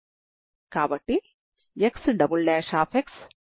కాబట్టి ఇది బాగా నిర్వచించబడిన సమస్య